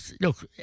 look